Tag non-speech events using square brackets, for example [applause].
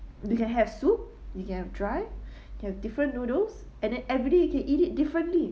you can have soup you can have dry [breath] you can have different noodles and then every day you can eat it differently